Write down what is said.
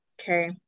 Okay